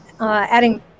adding